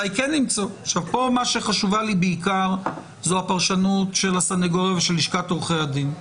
כאן חשובה לי בעיקר הפרשנות של הסניגוריה ושל לשכת עורכי הדין.